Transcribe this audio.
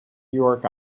york